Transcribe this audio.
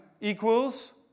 equals